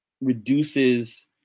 reduces